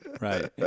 Right